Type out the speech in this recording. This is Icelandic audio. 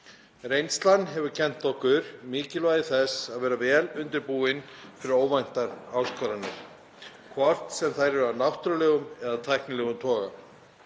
Reynslan hefur kennt okkur mikilvægi þess að vera vel undirbúin fyrir óvæntar áskoranir, hvort sem þær eru af náttúrulegum eða tæknilegum toga.